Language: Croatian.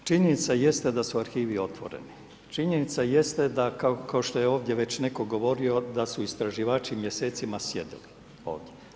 Kolegice činjenica jeste da su arhivi otvoreni, činjenica jeste da kao što je ovdje već netko govorio da su istraživači mjesecima sjedili ovdje.